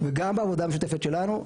וגם בעבודה המשותפת שלנו,